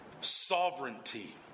sovereignty